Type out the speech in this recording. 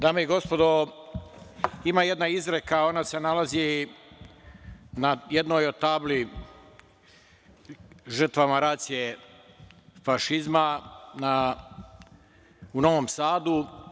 Dame i gospodo, ima jedna izreka, ona se nalazi na jednoj od tabli žrtvama racije fašizma u Novom Sadu.